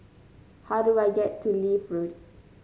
how do I get to Leith Road